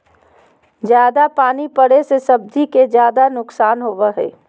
जयादा पानी पड़े से सब्जी के ज्यादा नुकसान होबो हइ